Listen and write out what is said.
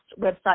website